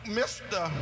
mr